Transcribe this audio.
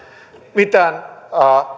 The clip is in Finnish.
mitään